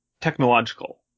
technological